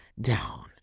Down